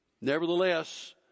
Nevertheless